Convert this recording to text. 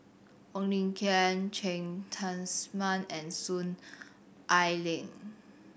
Wong Lin Ken Cheng Tsang Man and Soon Ai Ling